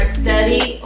study